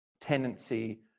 tendency